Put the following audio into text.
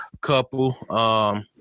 couple